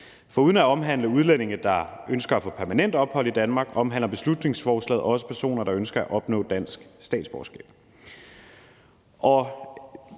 Foruden at omhandle udlændinge, der ønsker at få permanent ophold i Danmark, omhandler beslutningsforslaget også personer, der ønsker at opnå dansk statsborgerskab.